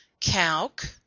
calc